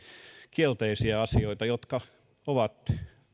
kielteisiä asioita jotka ovat